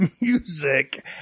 music